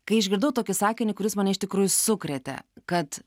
kai išgirdau tokį sakinį kuris mane iš tikrųjų sukrėtė kad